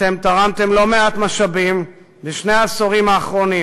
אתם תרמתם לא מעט משאבים בשני העשורים האחרונים